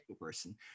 person